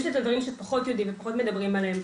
יש את הדברים שפחות יודעים ופחות מדברים עליהם.